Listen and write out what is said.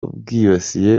bwibasiye